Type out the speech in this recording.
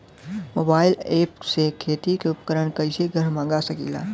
Mobile ऐपसे खेती के उपकरण कइसे घर मगा सकीला?